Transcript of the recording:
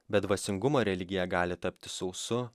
be dvasingumo religija gali tapti sausu